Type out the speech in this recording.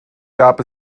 gab